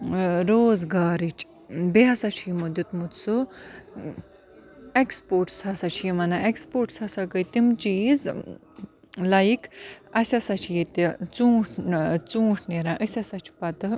روزگارٕچ بیٚیہِ ہَسا چھُ یِمو دیُتمُت سُہ اٮ۪کٕسپوٹٕس ہَسا چھِ یِم وَنان اٮ۪کٕسپوٹٕس ہَسا گٔے تِم چیٖز لایِک اَسہِ ہَسا چھِ ییٚتہِ ژوٗنٛٹھ ژوٗنٛٹھۍ نیران أسۍ ہَسا چھِ پَتہٕ